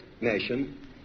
nation